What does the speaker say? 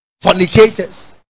Fornicators